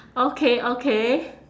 okay okay